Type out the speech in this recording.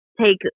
take